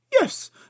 Yes